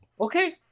Okay